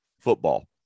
football